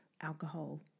Alcohol